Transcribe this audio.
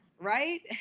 right